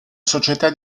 società